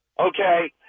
okay –